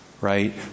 right